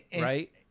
Right